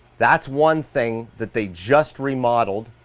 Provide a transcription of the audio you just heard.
that's one thing that they just remodeled,